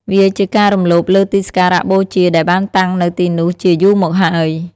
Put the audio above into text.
វាជាការរំលោភលើទីសក្ការៈបូជាដែលបានតាំងនៅទីនោះជាយូរមកហើយ។